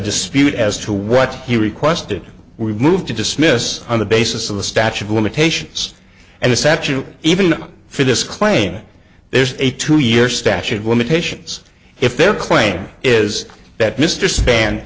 dispute as to what he requested we move to dismiss on the basis of the statute of limitations and the satchel even for this claim there's a two year statute of limitations if their claim is that mr span